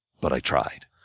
but i tried.